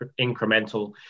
incremental